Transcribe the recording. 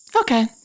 Okay